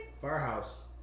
Firehouse